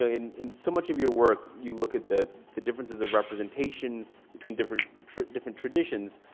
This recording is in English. in in so much of your work you look at the the differences of representation between different different traditions.